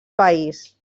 país